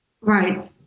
Right